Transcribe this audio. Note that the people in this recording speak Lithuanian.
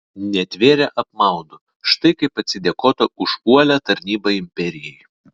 netvėrė apmaudu štai kaip atsidėkota už uolią tarnybą imperijai